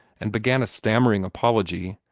and began a stammering apology,